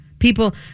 People